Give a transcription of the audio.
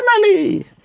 family